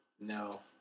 No